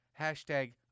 Hashtag